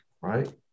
right